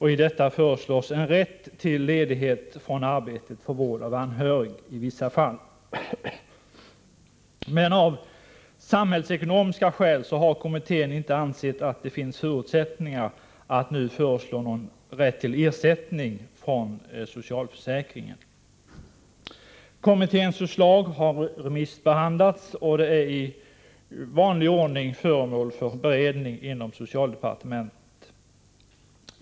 I detta föreslås en rätt till ledighet från arbetet för vård av anhörig i vissa fall. Av samhällsekonomiska skäl har kommittén inte ansett att det finns förutsättningar att nu föreslå någon rätt till ersättning från socialförsäkringen. Kommitténs förslag har remissbehandlats och är i vanlig ordning föremål för beredning inom socialdepartementet.